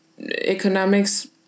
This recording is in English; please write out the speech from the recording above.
Economics